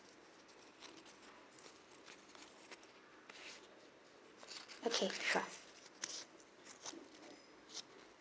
okay sure